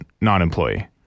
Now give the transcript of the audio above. non-employee